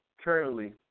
Currently